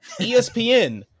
ESPN